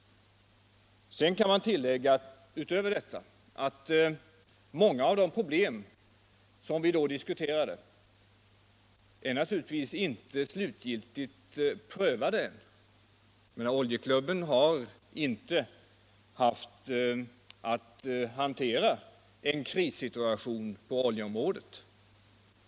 Sedan kan man tillägga utöver detta att många av de problem som vi då diskuterade naturligtvis inte är slutgiltigt prövade. Oljeklubben har inte haft att hantera en krissituation på oljeområdet.